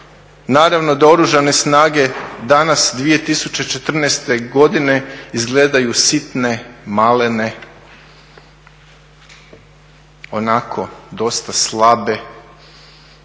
naravno da Oružane snage danas 2014. godine izgledaju sitne, malene, onako dosta slabe,